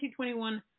2021